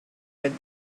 with